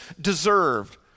deserved